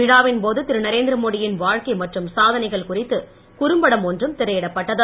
விழாவின்போது திரு நரேந்திரமோடி யின் வாழ்க்கை மற்றும் சாதனைகள் குறித்து குறும்படம் ஒன்றும் திரையிடப்பட்டது